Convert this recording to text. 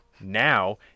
Now